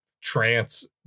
trance